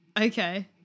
Okay